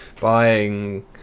buying